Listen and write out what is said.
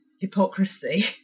hypocrisy